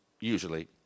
usually